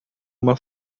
uma